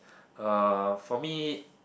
uh for me